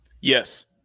Yes